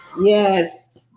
Yes